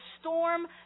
storm